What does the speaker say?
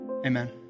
Amen